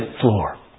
floor